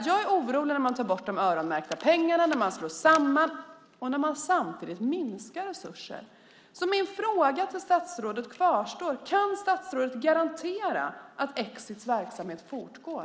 Jag är orolig för att de öronmärkta pengarna tas bort, att verksamheter slås samman och resurser samtidigt minskas. Min fråga till statsrådet kvarstår: Kan statsrådet garantera att Exits verksamhet fortgår?